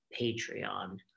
Patreon